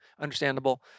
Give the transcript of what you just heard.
understandable